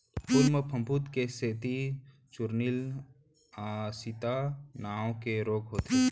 फूल म फफूंद के सेती चूर्निल आसिता नांव के रोग होथे